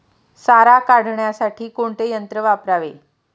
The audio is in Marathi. सारा काढण्यासाठी कोणते यंत्र वापरावे?